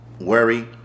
worry